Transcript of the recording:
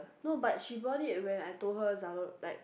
no but she brought it when I told her Zalo~ like